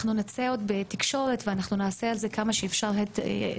אנחנו עוד נצא עם זה לתקשורת ונעשה על זה כמה שאפשר הד תקשורתי.